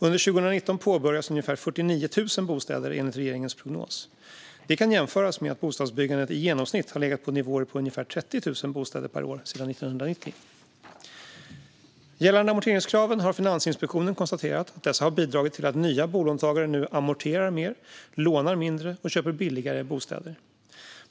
Under 2019 påbörjas ungefär 49 000 bostäder enligt regeringens prognos. Det kan jämföras med att bostadsbyggandet i genomsnitt har legat på nivåer på ungefär 30 000 bostäder per år sedan 1990. Gällande amorteringskraven har Finansinspektionen konstaterat att dessa har bidragit till att nya bolånetagare nu amorterar mer, lånar mindre och köper billigare bostäder.